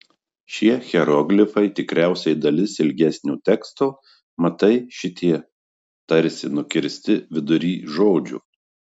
šie hieroglifai tikriausiai dalis ilgesnio teksto matai šitie tarsi nukirsti vidury žodžio